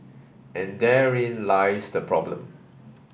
and therein lies the problem